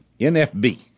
NFB